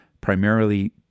primarily